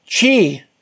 Chi